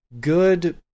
good